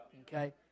Okay